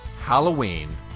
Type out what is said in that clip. Halloween